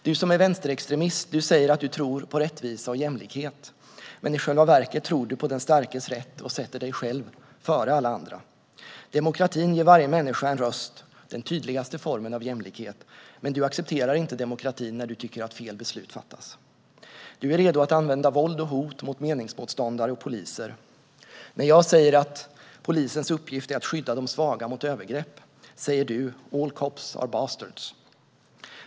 Du som är vänsterextremist säger att du tror på rättvisa och jämlikhet, men i själva verket tror du på den starkes rätt och sätter dig själv före alla andra. Demokratin ger varje människa en röst - den tydligaste formen av jämlikhet - men du accepterar inte demokratin när du tycker att fel beslut fattas. Du är redo att använda våld och hot mot meningsmotståndare och poliser. När jag säger att polisens uppgift är att skydda de svaga mot övergrepp säger du: All cops are bastards.